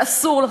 ואסור לכם,